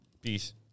Peace